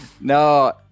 No